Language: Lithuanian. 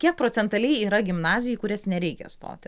kiek procentaliai yra gimnazijų į kurias nereikia stoti